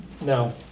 No